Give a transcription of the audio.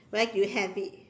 where did you have it